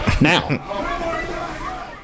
now